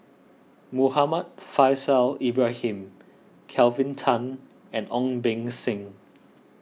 Muhammad Faishal Ibrahim Kelvin Tan and Ong Beng Seng